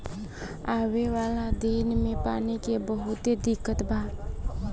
आवे वाला दिन मे पानी के बहुते दिक्कत बा